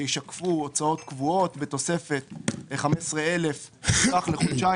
שישקפו הוצאות קבועות בתוספת 15,000 ש"ח לחודשיים,